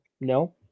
No